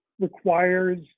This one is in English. requires